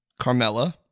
Carmella